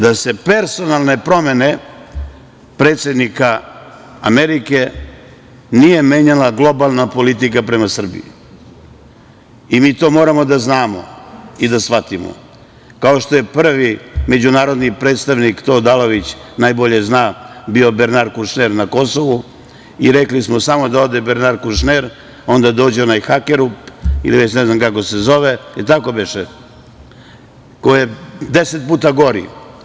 Da se personalne promene predsednika Amerike nije menjala globalna politika prema Srbiji i mi to moramo da znamo i da shvatimo. kao što je prvi međunarodni predstavnik, to Odalović najbolje zna, bio Bernar Kušner na Kosovu i rekli smo samo da ode Bernar Kušner, onda dođe onaj Hakerup ili već ne znam kako se zove, jel tako beše, koji je deset puta gori.